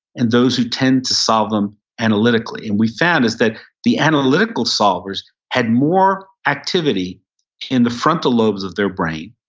and those who tend to solve them analytically. and we found is that the analytical solvers had more activity in the frontal lobes of their brain.